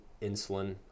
insulin